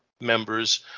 members